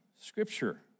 scripture